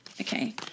Okay